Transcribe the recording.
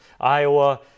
Iowa